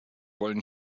wollen